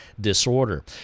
disorder